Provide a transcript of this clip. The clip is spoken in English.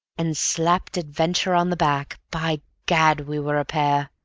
and slapped adventure on the back by gad! we were a pair